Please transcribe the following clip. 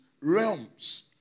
realms